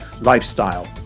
lifestyle